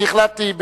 החלטתי,